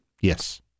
Yes